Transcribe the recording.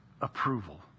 approval